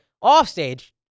offstage